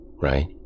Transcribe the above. Right